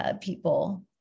people